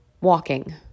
walking